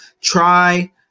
Try